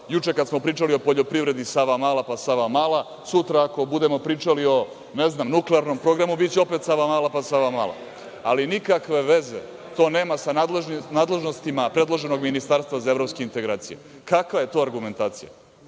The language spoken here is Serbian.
juče kada smo pričali o poljoprivedi Savamala, pa Savamala, sutra kada budemo pričali o, ne znam, nuklearnom programu biće opet Savamala, pa Savamala, ali nikakve veze to nema sa nadležnostima predloženog ministarstva za evropske integracije. Kakva je to argumentacija?